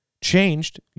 changed